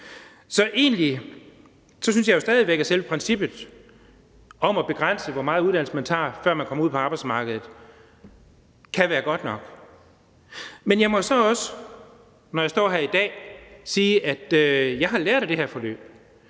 Så egentlig synes jeg stadig væk, at selve princippet om at begrænse, hvor meget uddannelse man tager, før man kommer ud på arbejdsmarkedet, kan være godt nok. Men jeg må så også, når jeg står her i dag, sige, at jeg har lært af det her forløb.